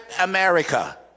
America